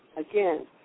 again